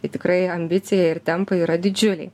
tai tikrai ambicija ir tempai yra didžiuliai